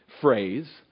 phrase